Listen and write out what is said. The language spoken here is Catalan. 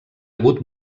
hagut